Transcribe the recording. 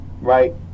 right